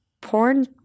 porn